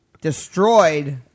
destroyed